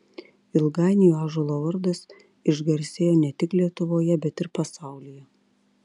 ilgainiui ąžuolo vardas išgarsėjo ne tik lietuvoje bet ir pasaulyje